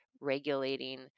regulating